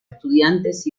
estudiantes